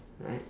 right